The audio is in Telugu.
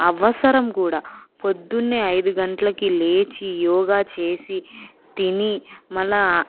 అవసరం కూడా పొద్దున్నే ఐదు గంటలకి లేచి యోగా చేసి తిని మళ్ళీ